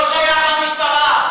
לא שייך למשטרה.